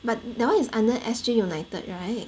but that one is under S_G united right